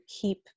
keep